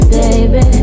baby